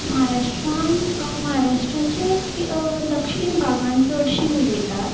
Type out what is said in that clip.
म्हाराष्ट्रान म्हाराष्ट्राचे दक्षीण बागान चडशी उलयतात